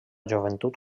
joventut